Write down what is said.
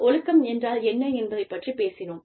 ஒழுக்கம் என்றால் என்ன என்பதைப் பற்றிப் பேசினோம்